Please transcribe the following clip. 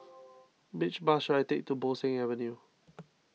which bus should I take to Bo Seng Avenue